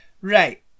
Right